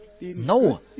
No